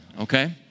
okay